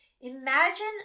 Imagine